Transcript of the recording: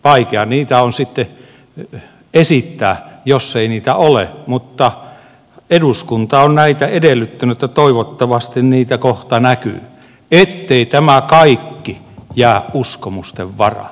vaikea niitä arvioita on sitten esittää jos ei niitä ole mutta eduskunta on näitä edellyttänyt että toivottavasti niitä kohta näkyy ettei tämä kaikki jää uskomusten varaan